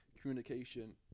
communication